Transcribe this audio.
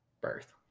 birth